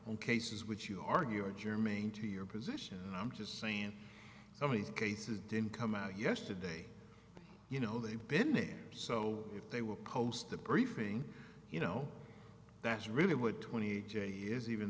on cases which you argue are germy into your position and i'm just saying how many cases didn't come out yesterday you know they've been there so if they were post the briefing you know that's really what twenty years even